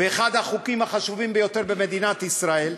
באחד החוקים החשובים ביותר במדינת ישראל,